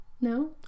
no